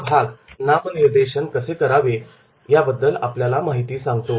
हा भाग नामनिर्देशन कसे करावे याबद्दल आपल्याला माहिती सांगतो